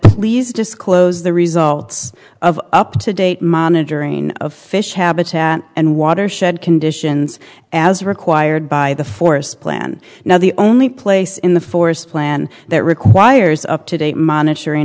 please disclose the results of up to date monitoring of fish habitat and watershed conditions as required by the forest plan now the only place in the forest plan that requires up to date monitoring